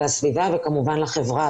עבור הסביבה וכמובן עבור החברה,